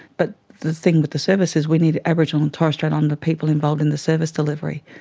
but the thing with the services, we need aboriginal and torres strait islander people involved in the service delivery,